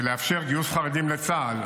לאפשר גיוס חרדים לצה"ל,